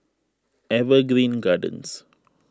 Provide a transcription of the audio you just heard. Evergreen Gardens